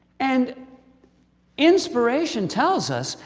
and inspiration tells us,